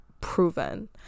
proven